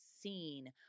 seen